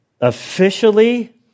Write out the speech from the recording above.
officially